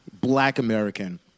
black-American